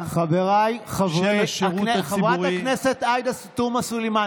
את כל מה שעושים: ממנים מנכ"לים בלי ניסיון במשרדים,